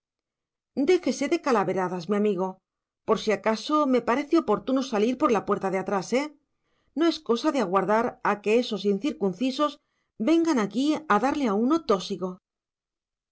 déjese de calaveradas mi amigo por si acaso me parece oportuno salir por la puerta de atrás eh no es cosa de aguardar a que esos incircuncisos vengan aquí a darle a uno tósigo